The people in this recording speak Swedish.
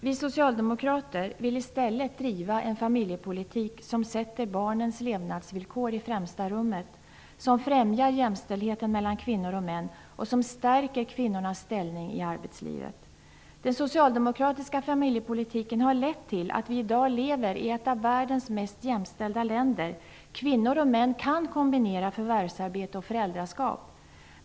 Vi socialdemokrater vill i stället driva en familjepolitik som sätter barnens levnadsvillkor i främsta rummet, som främjar jämställdheten mellan kvinnor och män och som stärker kvinnornas ställning i arbetslivet. Den socialdemkratiska familjepolitiken har lett till att vi i dag lever i ett av världens mest jämställda länder. Kvinnor och män kan kombinera förvärvsarbete och föräldraskap.